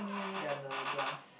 ya the grass